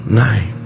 nine